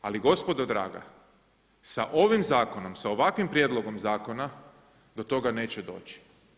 Ali gospodo draga, sa ovim zakonom, sa ovakvim prijedlogom zakona do toga neće doći.